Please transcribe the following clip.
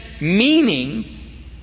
Meaning